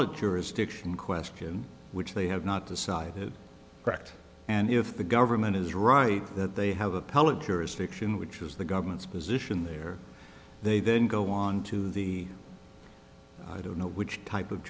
appellate jurisdiction question which they have not decided correct and if the government is right that they have appellate jurisdiction which is the government's position there they then go on to the i don't know which type of